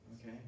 Okay